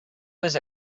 was